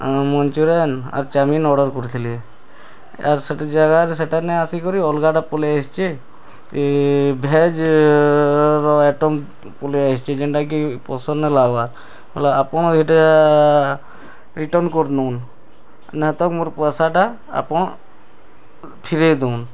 ଆଉ ମନଚୁରିଆନ୍ ଆର୍ chowmein order କରିଥିଲି ଆଉ ସେଇଠି ଜାଗାରେ ସେଇଟା ନାଇଁ ଆସି କରି ଅଲଗା ଟା ପଲେଇ ଆସିଛି ଏ ଭେଜ୍ର ଆଇଟମ୍ ପଲେଇ ଆସିଛି ଜେଣ୍ଟା କି ପସନ୍ଦ ନେହିଁ ଲାଗବାର୍ ନହଲେ ଆପଣ ଏଇଟା ରିଟର୍ଣ୍ଣ କରିନୁନ୍ ନା ତ ମୋର୍ ପଇସାଟା ଆପଣ ଫେରାଇ ଦଉନ୍